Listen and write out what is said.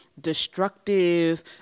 destructive